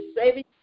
saving